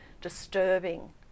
disturbing